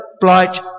blight